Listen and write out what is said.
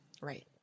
Right